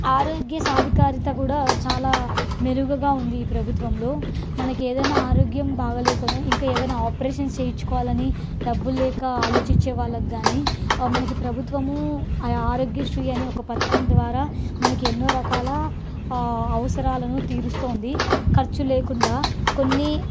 ఆరోగ్య సాధికారిత కూడా చాలా మెరుగుగా ఉంది ఈ ప్రభుత్వంలో మనకు ఏదైనా ఆరోగ్యం బాగా లేకనో ఇంకా ఏవైనా ఆప్రేషన్స్ చేయించుకోవాలని డబ్బులు లేక ఆలోచించే వాళ్ళకు కానీ మనకి ప్రభుత్వము ఆరోగ్య శ్రీ అనే ఒక పథకం ద్వారా మనకి ఎన్నో రకాల అవసరాలను తీరుస్తోంది ఖర్చు లేకుండా కొన్ని